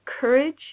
courage